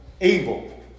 evil